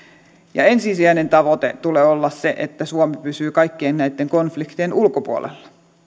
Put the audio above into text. ensisijainen tavoite tulee olla se että suomi pysyy kaikkien näitten konfliktien ulkopuolella